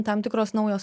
tam tikros naujos